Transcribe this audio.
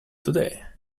today